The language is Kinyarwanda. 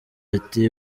ati